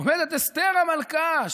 עומדת אסתר המלכה,